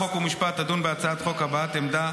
חוק ומשפט תדון בהצעת החוק הבעת עמדת